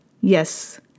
Yes